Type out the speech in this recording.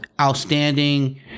outstanding